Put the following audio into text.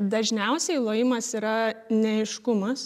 dažniausiai lojimas yra neaiškumas